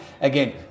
Again